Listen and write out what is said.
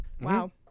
Wow